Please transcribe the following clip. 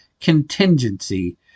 contingency